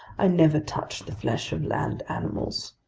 i never touch the flesh of land animals.